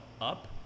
up